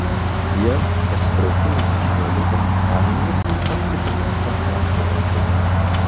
jos pasitraukimas iš valiutos sąjungos netaptų katastrofa europai